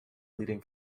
leading